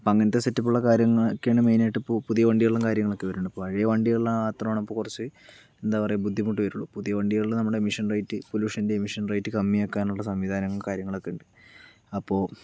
അപ്പോൾ അങ്ങനത്തെ സെറ്റപ്പുള്ള കാര്യങ്ങളൊക്കെയാണ് മെയ്നായിട്ടും പുതിയ വണ്ടികളിലും കാര്യങ്ങളൊക്കെ വരുന്നത് പഴയ വണ്ടികളിൽ മാത്രമാണ് ഇപ്പോൾ കുറച്ച് എന്താ പറയുക ബുദ്ധിമുട്ട് വരുകയുള്ളൂ പുതിയ വണ്ടികളിൽ നമ്മുടെ മിഷൻ റേറ്റ് പൊലൂഷൻ്റെ മിഷൻ റേറ്റ് കമ്മിയാക്കാനുള്ള സംവിധാനങ്ങളും കാര്യങ്ങളൊക്കെയുണ്ട് അപ്പോൾ